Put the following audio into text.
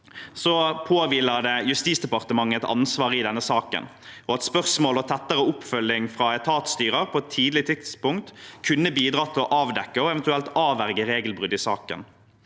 sier at Justisdepartementet har et ansvar i saken, og at tettere oppfølging fra etatsstyrer på et tidligere tidspunkt kunne bidratt til å avdekke og eventuelt avverge regelbrudd i saken